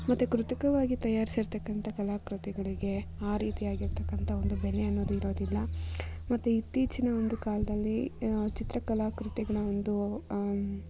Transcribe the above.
ಮತ್ತೆ ಕೃತಕವಾಗಿ ತಯಾರಿಸಿರ್ತಕ್ಕಂಥ ಕಲಾಕೃತಿಗಳಿಗೆ ಆ ರೀತಿಯಾಗಿರ್ತಕ್ಕಂಥ ಒಂದು ಬೆಲೆ ಅನ್ನೋದು ಇರೋದಿಲ್ಲ ಮತ್ತು ಇತ್ತೀಚಿನ ಒಂದು ಕಾಲದಲ್ಲಿ ಚಿತ್ರಕಲಾ ಕೃತಿಗಳ ಒಂದು